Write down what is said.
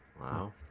Wow